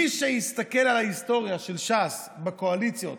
מי שיסתכל על ההיסטוריה של ש"ס בקואליציות